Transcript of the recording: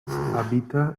habita